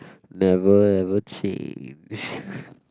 never never change